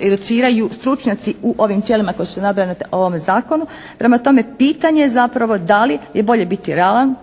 educiraju stručnjaci u ovim tijelima koja su nabrojana u ovome zakonu. Prema tome pitanje je zapravo da li je bolje biti realan